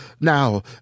Now